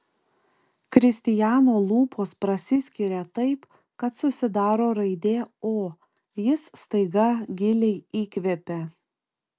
kristijano lūpos prasiskiria taip kad susidaro raidė o jis staiga giliai įkvepia